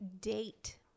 date